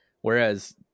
whereas